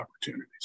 opportunities